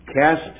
Cast